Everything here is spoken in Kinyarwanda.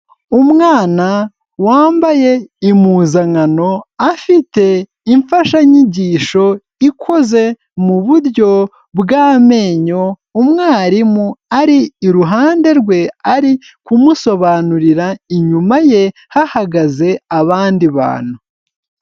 Umwana wambaye impuzankano, afite imfashanyigisho ikoze mu buryo bw'amenyo, umwarimu ari iruhande rwe ari kumusobanurira, inyuma ye hahagaze abandi bantu.